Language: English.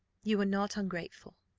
you are not ungrateful.